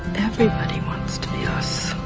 everybody wants to be us,